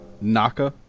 Naka